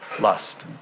lust